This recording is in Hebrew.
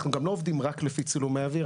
אנחנו גם לא עובדים רק לפי צילומי אוויר,